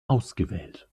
ausgewählt